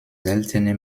seltene